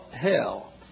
hell